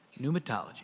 Pneumatology